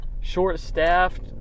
short-staffed